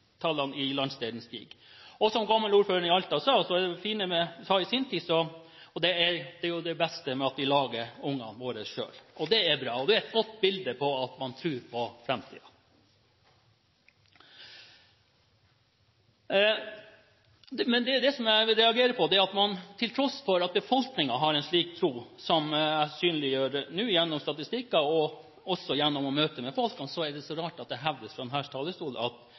landsdelen stiger. Som gammelordføreren i Alta i sin tid sa: Det er jo det beste med at vi lager ungene våre selv. Det er bra, og det er et godt bilde på at man tror på framtiden. Det jeg reagerer på, er at til tross for at befolkningen har en slik tro som nå blir synliggjort gjennom statistikker og også gjennom møter med folket, hevdes det fra denne talerstolen at vi sakker akterut. Jeg vil gjerne stille spørsmålet: Hva er det vi sakker akterut på? Jeg tror at vi går framover. Det